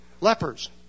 lepers